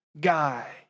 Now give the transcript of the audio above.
guy